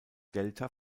delta